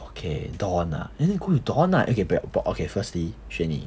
okay don ah eh then go with don ah okay but but okay firstly xuan yi